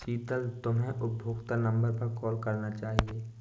शीतल, तुम्हे उपभोक्ता नंबर पर कॉल करना चाहिए